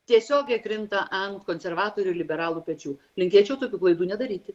tiesiogiai krinta ant konservatorių ir liberalų pečių linkėčiau tokių klaidų nedaryti